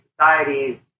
societies